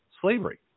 slavery